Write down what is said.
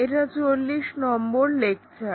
এটা 40 নম্বর লেকচার